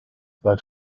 that